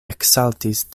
eksaltis